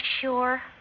sure